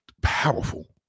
powerful